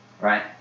right